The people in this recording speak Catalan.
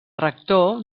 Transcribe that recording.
rector